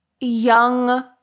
young